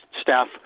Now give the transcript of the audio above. staff